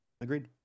agreed